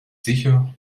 sicher